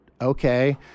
okay